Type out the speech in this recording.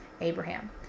Abraham